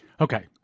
Okay